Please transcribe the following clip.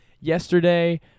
yesterday